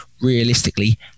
realistically